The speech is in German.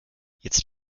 jetzt